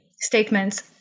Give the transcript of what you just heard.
statements